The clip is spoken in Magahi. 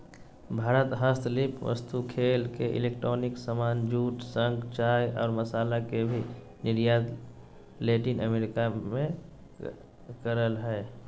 भारत हस्तशिल्प वस्तु, खेल एवं इलेक्ट्रॉनिक सामान, जूट, शंख, चाय और मसाला के भी निर्यात लैटिन अमेरिका मे करअ हय